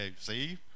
see